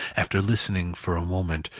after listening for a moment,